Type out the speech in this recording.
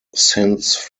since